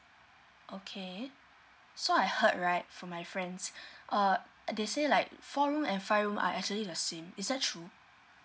okay so I heard right from my friends uh they say like four room and five room are actually the same is that true